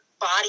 body